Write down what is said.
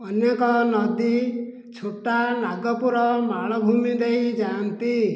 ଅନେକ ନଦୀ ଛୋଟା ନାଗପୁର ମାଳଭୂମି ଦେଇ ଯାଆନ୍ତି